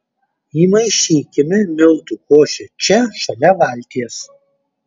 įmaišykime miltų košę čia šalia valties